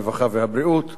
הרווחה והבריאות,